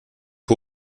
dem